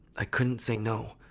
i couldn't say no.